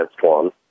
one